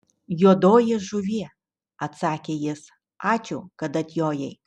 juodoji žuvie atsakė jis ačiū kad atjojai